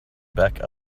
back